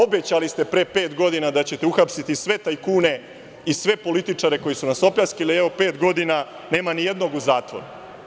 Obećali ste pre pet godina da ćete uhapsiti sve tajkune i sve političare koji su nas opljačkali, a evo pet godina nema nijednog u zatvoru.